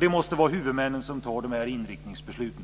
Det måste vara huvudmännen som fattar dessa inriktningsbeslut.